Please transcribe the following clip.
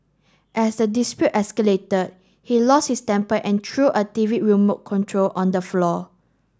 as the dispute escalated he lost his temper and threw a T V remote control on the floor